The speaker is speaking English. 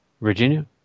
Virginia